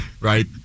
Right